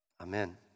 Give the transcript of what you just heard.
Amen